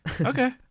Okay